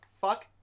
fuck